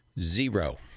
Zero